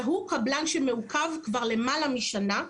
והוא קבלן שמעוכב כבר למעלה משנה,